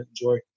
enjoy